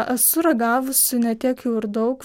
esu ragavusi ne tiek jau ir daug